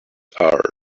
are